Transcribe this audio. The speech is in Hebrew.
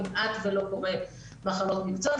כמעט ולא קורה מחלות מקצוע.